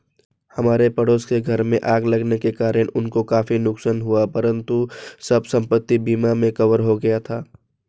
हमारे पड़ोस के घर में आग लगने के कारण उनको काफी नुकसान हुआ परंतु सब संपत्ति बीमा में कवर हो गया था